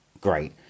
Great